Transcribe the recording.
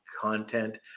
content